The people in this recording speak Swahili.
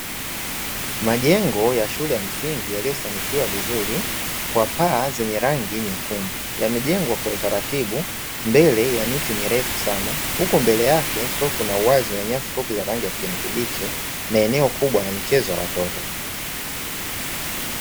Majengo ya shule ya msingi yaliyosanifiwa vizuri kwa paa zenye rangi nyekundu, yamejengwa kwa utaratibu mbele ya miti mirefu sana huku mbele yake kukiwa kuna uwazi wa nyasi fupi za rangi ya kijani kibichi, ni eneo kubwa la michezo ya watoto.